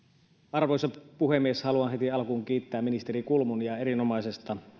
arvoisa puhemies haluan heti alkuun kiittää ministeri kulmunia erinomaisesta